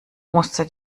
musste